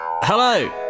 Hello